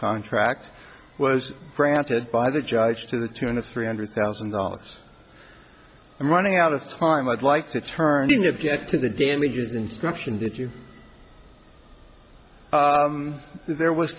contract was granted by the judge to the tune of three hundred thousand dollars i'm running out of time i'd like to turning object to the damages instruction did you there was